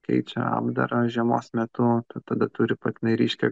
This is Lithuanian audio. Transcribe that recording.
keičia apdarą žiemos metu tada turi patinai ryškią